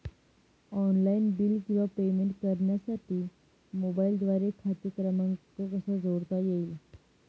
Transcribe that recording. Online bill किंवा payment करण्यासाठी मोबाईलद्वारे खाते क्रमांक कसा जोडता येईल?